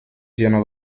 siano